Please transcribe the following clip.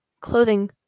clothing